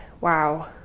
Wow